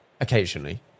occasionally